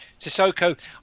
Sissoko